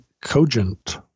cogent